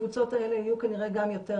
הקבוצות האלה יהיו כנראה גם יותר